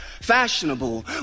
fashionable